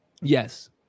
Yes